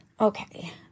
Okay